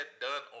Done